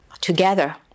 together